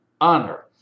honor